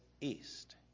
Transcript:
east